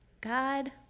God